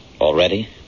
Already